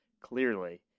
clearly